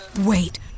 Wait